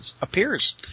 appears